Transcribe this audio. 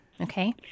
Okay